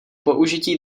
použití